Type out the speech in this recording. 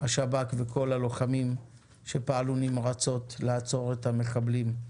של השב"כ ושל כל הלוחמים שפעלו נמרצות לעצור את המחבלים.